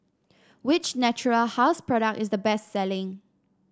which Natura House product is the best selling